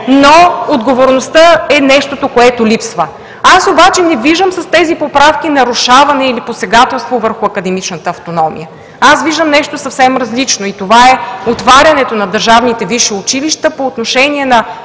но отговорността е нещото, което липсва. С тези поправки аз не виждам нарушаване или посегателство върху академичната автономия. Аз виждам нещо съвсем различно, и това е отварянето на държавните висши училища по отношение на